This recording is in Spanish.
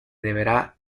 deberá